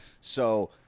So-